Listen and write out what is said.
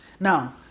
Now